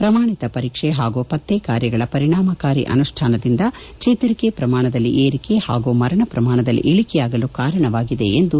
ಪ್ರಮಾಣಿತ ಪರೀಕ್ಷೆ ಹಾಗೂ ಪತ್ತೆ ಕಾರ್ಯಗಳ ಪರಿಣಾಮಕಾರಿ ಅನುಷ್ಣಾನದಿಂದ ಚೇತರಿಕೆ ಪ್ರಮಾಣದಲ್ಲಿ ಏರಿಕೆ ಹಾಗೂ ಮರಣ ಶ್ರಮಾಣದಲ್ಲಿ ಇಳಕೆಯಾಗಲು ಕಾರಣವಾಗಿದೆ ಎಂದು ಸಚಿವಾಲಯ ಹೇಳಿದೆ